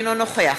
אינו נוכח